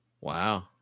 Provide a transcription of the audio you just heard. Wow